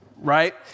right